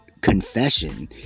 confession